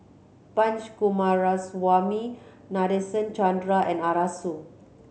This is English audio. Punch Coomaraswamy Nadasen Chandra and Arasu